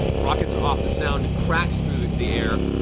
rockets off, the sound cracks through the the air.